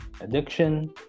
addiction